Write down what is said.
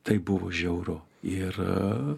tai buvo žiauru ir